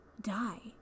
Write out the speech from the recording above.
die